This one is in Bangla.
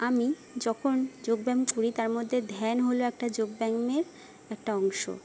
আমি যখন যোগ ব্যায়াম করি তার মধ্যে ধ্যান হল একটা যোগ ব্যায়ামের একটা অংশ